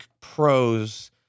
pros